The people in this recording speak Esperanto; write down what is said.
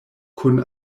kun